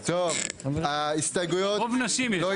יש פה רוב נשי.